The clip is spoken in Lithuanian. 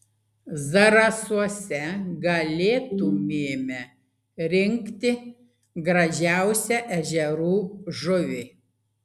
zarasuose galėtumėme rinkti gražiausią ežerų žuvį